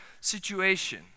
situation